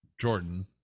Jordan